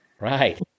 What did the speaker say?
Right